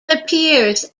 appears